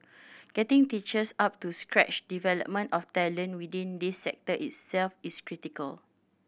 getting teachers up to scratch development of talent within this sector itself is critical